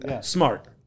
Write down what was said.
Smart